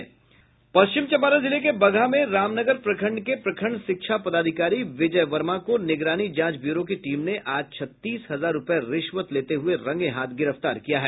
पश्चिम चंपारण जिले के बगहा में रामनगर प्रखण्ड के प्रखण्ड शिक्षा पदाधिकारी विजय वर्मा को निगरानी जांच ब्यूरो की टीम ने आज छत्तीस हजार रुपये रिश्वत लेते हुए रंगे हाथ गिरफ्तार किया है